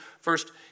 First